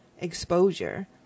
exposure